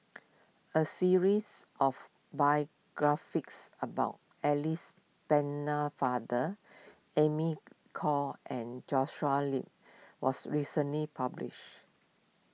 a series of biographies about Alice Pennefather Amy Khor and Joshua Lip was recently published